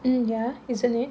hmm ya isn't it